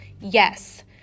Yes